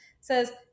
says